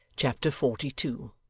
chapter forty two